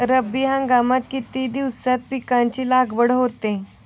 रब्बी हंगामात किती दिवसांत पिकांची लागवड होते?